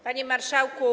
Panie Marszałku!